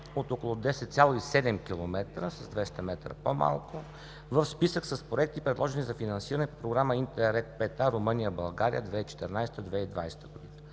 от около 10,7 км – с 200 метра по-малко, в списък с проекти, предложени за финансиране по Програма „ИНТЕРРЕГ V-А Румъния-България 2014 – 2020 г.“.